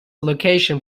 location